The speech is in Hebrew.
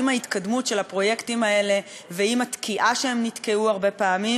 עם ההתקדמות של הפרויקטים האלה ועם התקיעה שהם נתקעו הרבה פעמים,